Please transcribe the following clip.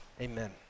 Amen